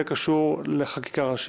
זה קשור לחקיקה ראשית.